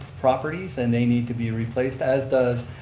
properties, and they need to be replaced, as does